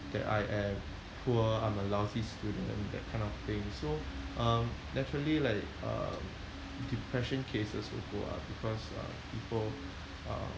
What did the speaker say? that I am poor I'm a lousy student that kind of thing so um naturally like uh depression cases will go up because uh people uh